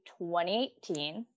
2018